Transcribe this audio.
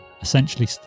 essentially